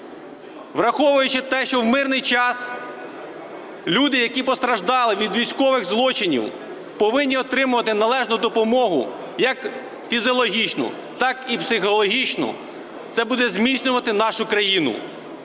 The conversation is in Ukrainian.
Враховуючи те, що в мирний час люди, які постраждали від військових злочинів, повинні отримувати належну допомогу як фізіологічну, так і психологічну, це буде зміцнювати нашу країну,